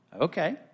Okay